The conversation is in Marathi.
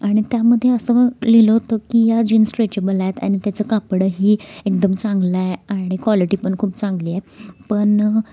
आणि त्यामध्ये असं लिहिलं होतं की या जीन्स स्ट्रेचेबल आहेत आणि त्याचं कापडही एकदम चांगलं आहे आणि क्वालिटी पण खूप चांगली आहे पण